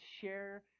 share